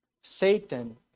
Satan